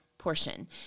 portion